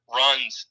runs